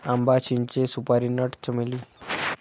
आंबा, चिंचे, सुपारी नट, चमेली